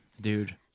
Dude